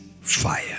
fire